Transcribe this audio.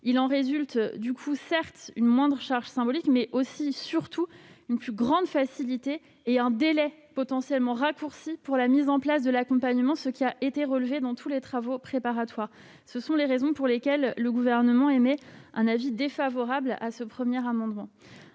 Il en résulte, certes, une moindre charge symbolique, mais aussi une plus grande facilité et un délai potentiellement raccourci pour la mise en place de l'accompagnement, cela a été relevé dans tous les travaux préparatoires. Pour l'ensemble de ces raisons, le Gouvernement émet un avis défavorable sur cet amendement.